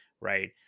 right